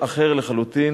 אחר, אחר לחלוטין,